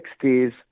60s